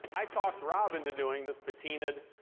i talked rob into doing this patina'd,